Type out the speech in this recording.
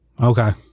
Okay